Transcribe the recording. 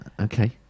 Okay